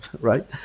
right